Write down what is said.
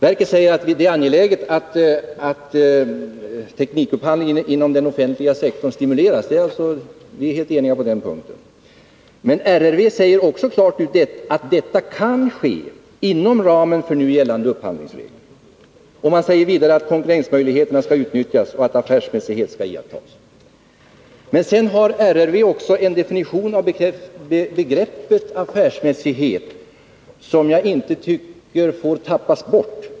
Verket säger att det är angeläget att teknikupphandlingen inom den offentliga sektorn stimuleras, och på den punkten är vi helt eniga. Men RRV säger också att detta kan ske inom ramen för gällande upphandlingsregler. Man säger vidare att konkurrensmöjligheterna skall utnyttjas och att affärsmässighet skall iakttas. RRV har också en definition av begreppet affärsmässighet som inte får tappas bort.